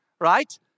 right